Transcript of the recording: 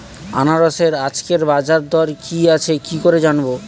আনারসের আজকের বাজার দর কি আছে কি করে জানবো?